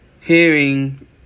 hearing